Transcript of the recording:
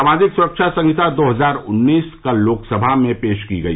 सामाजिक सुरक्षा संहिता दो हजार उन्नीस कल लोकसभा में पेश की गई